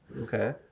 Okay